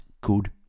good